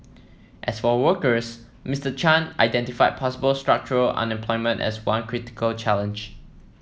as for workers Mister Chan identified possible structural unemployment as one critical challenge